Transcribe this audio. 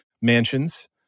mansions